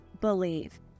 believe